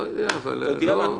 מהתחלה.